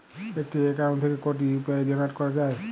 একটি অ্যাকাউন্ট থেকে কটি ইউ.পি.আই জেনারেট করা যায়?